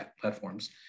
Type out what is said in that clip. platforms